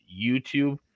YouTube